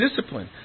discipline